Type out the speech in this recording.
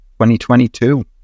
2022